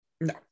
No